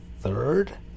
third